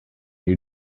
new